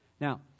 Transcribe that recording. Now